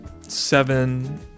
seven